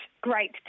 great